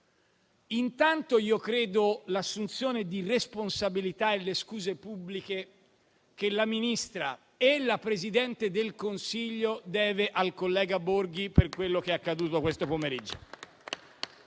Intanto, chiedo l'assunzione di responsabilità e le scuse pubbliche che la Ministra e la Presidente del Consiglio debbono al collega Enrico Borghi per quello che è accaduto questo pomeriggio.